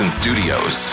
studios